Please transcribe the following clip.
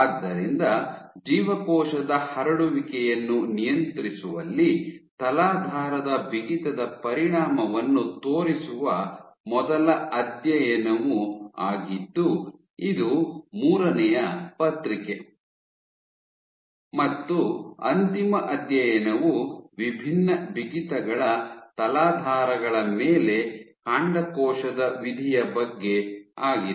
ಆದ್ದರಿಂದ ಜೀವಕೋಶದ ಹರಡುವಿಕೆಯನ್ನು ನಿಯಂತ್ರಿಸುವಲ್ಲಿ ತಲಾಧಾರದ ಬಿಗಿತದ ಪರಿಣಾಮವನ್ನು ತೋರಿಸುವ ಮೊದಲ ಅಧ್ಯಯನವು ಆಗಿದ್ದು ಇದು ಮೂರನೆಯ ಪತ್ರಿಕೆ ಮತ್ತು ಅಂತಿಮ ಅಧ್ಯಯನವು ವಿಭಿನ್ನ ಬಿಗಿತಗಳ ತಲಾಧಾರಗಳ ಮೇಲೆ ಕಾಂಡಕೋಶದ ವಿಧಿಯ ಬಗ್ಗೆ ಆಗಿದೆ